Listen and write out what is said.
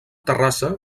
terrassa